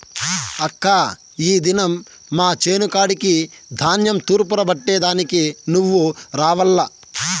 అక్కా ఈ దినం మా చేను కాడికి ధాన్యం తూర్పారబట్టే దానికి నువ్వు రావాల్ల